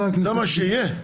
זה מה שיהיה?